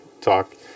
talk